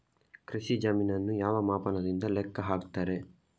ಕೃಷಿ ಜಮೀನನ್ನು ಯಾವ ಮಾಪನದಿಂದ ಲೆಕ್ಕ ಹಾಕ್ತರೆ?